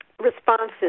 responses